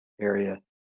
area